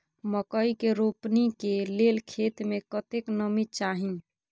मकई के रोपनी के लेल खेत मे कतेक नमी चाही?